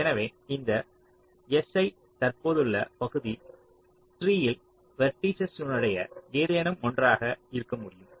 எனவே இந்த si தற்போதுள்ள பகுதி ட்ரீஇல் வெர்டீசஸ்னுடைய ஏதேனும் ஒன்றாக இருக்க முடியும்